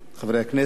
חברי הכנסת,